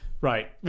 Right